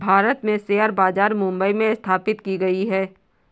भारत में शेयर बाजार मुम्बई में स्थापित की गयी है